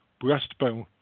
breastbone